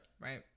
right